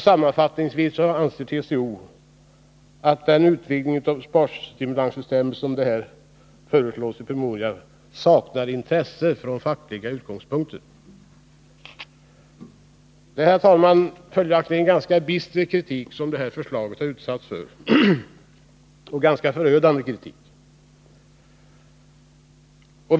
Sammanfattningsvis anser TCO att den utvidgning av sparstimulanssystemet som föreslås i promemorian saknar intresse från fackliga utgångspunkter.” Det är, herr talman, följaktligen en ganska bister — och även ganska förödande — kritik som detta förslag har utsatts för.